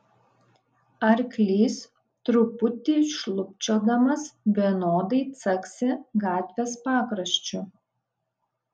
arklys truputį šlubčiodamas vienodai caksi gatvės pakraščiu